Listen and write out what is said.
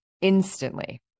instantly